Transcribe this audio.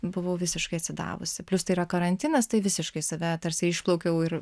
buvau visiškai atsidavusi plius tai yra karantinas tai visiškai save tarsi išplaukiau ir